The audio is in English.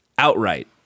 outright